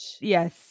Yes